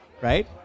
right